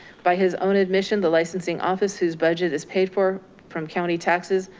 by his own admission, the licensing office, whose budget is paid for from county taxes,